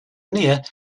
near